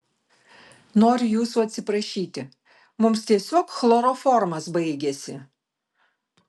noriu jūsų atsiprašyti mums tiesiog chloroformas baigėsi